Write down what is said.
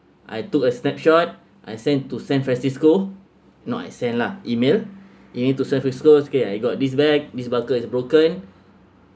I took a snapshot I send to san francisco not I send lah email email to san francisco okay I got this bag this barker is broken